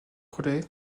relais